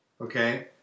Okay